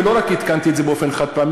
ולא רק עדכנתי את זה באופן חד-פעמי,